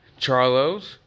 Charlos